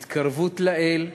התקרבות לאל,